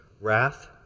wrath